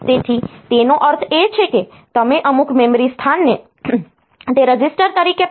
તેથી તેનો અર્થ એ છે કે તમે અમુક મેમરી સ્થાનને તે રજીસ્ટર તરીકે પણ માની શકો છો